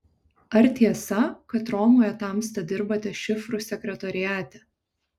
ar tiesa kad romoje tamsta dirbate šifrų sekretoriate